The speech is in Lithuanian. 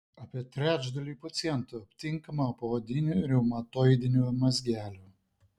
apie trečdaliui pacientų aptinkama poodinių reumatoidinių mazgelių